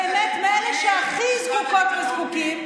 באמת מאלה שהכי זקוקות וזקוקים,